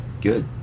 good